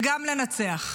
וגם לנצח.